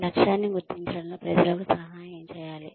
లక్ష్యాన్ని గుర్తించడంలో ప్రజలకు సహాయం చేయాలి